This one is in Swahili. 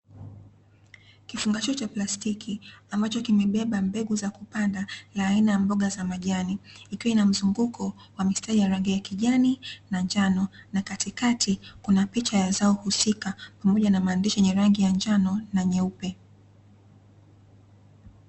Kifungashio cha plastiki, ambacho kimebeba mbegu za kupanda la aina ya mboga za majani, ikiwa ina mzunguko wa mistari ya rangi ya kijani na njano, na katikati kuna picha ya zao husika pamoja na maandishi yenye rangi ya njano na nyeupe.